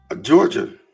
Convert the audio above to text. Georgia